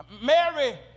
Mary